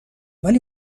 ولی